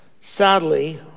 Sadly